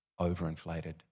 overinflated